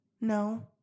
No